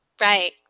Right